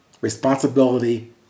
responsibility